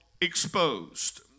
exposed